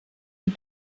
die